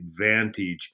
advantage